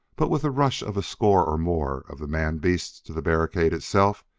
but with the rush of a score or more of the man-beasts to the barricade itself,